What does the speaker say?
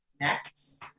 Next